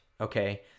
Okay